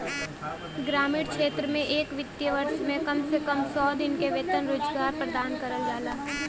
ग्रामीण क्षेत्र में एक वित्तीय वर्ष में कम से कम सौ दिन क वेतन रोजगार प्रदान करल जाला